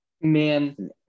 man